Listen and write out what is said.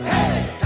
Hey